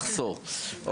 מחסור,